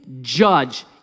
judge